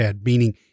meaning